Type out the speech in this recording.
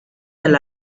del